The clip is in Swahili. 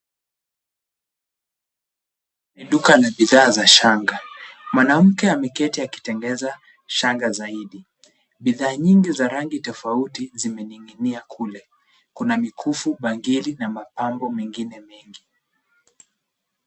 Ni duka la bidhaa za shanga. Mwanamke ameketi akitengeneza shanga zaidi. Bidhaa nyingi za rangi tofauti zimening'inia kule. Kuna mikufu, bangili na mapambo mengine mengi.